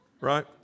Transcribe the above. right